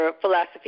philosophy